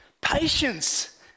Patience